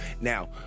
Now